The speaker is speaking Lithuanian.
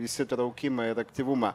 įsitraukimą ir aktyvumą